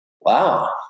wow